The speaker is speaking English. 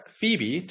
Phoebe